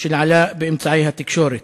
באמצעי התקשורת.